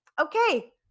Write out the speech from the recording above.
Okay